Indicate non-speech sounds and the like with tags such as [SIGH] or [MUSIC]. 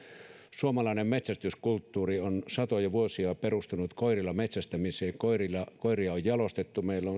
suomalainen metsästyskulttuuri on satoja vuosia perustunut koirilla metsästämiseen koiria on jalostettu meillä [UNINTELLIGIBLE]